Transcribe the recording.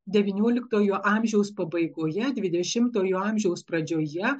devynioliktojo amžiaus pabaigoje dvidešimtojo amžiaus pradžioje